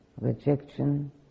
rejection